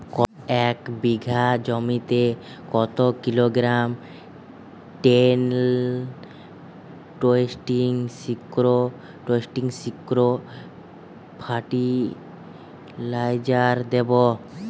এক বিঘা জমিতে কত kilogram ten twenty six twenty six fertiliser দেবো?